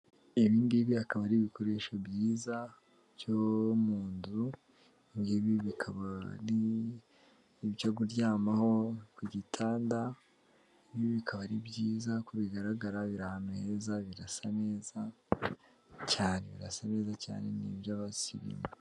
Ibi ngibi akaba ari ibikoresho byiza byo mu nzu, ibi bikaba ari ibyo kuryamaho ku gitanda, ibi bikaba ari byiza uko bigaragara biri ahantu heza birasa neza cyane ni iby'abasirimu.